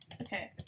Okay